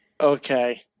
Okay